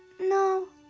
no,